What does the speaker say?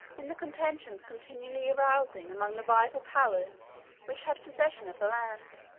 in the contentions continually arising among the rival powers which had possession of the land.